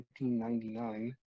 1999